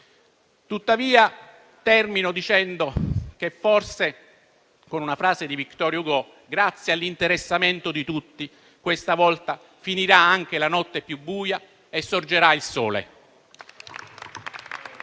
sindaci. Termino il mio intervento con una frase di Victor Hugo: forse, grazie all'interessamento di tutti, questa volta finirà anche la notte più buia e sorgerà il sole.